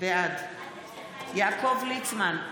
בעד יעקב ליצמן,